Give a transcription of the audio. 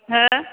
हो